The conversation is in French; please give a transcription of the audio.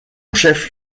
chef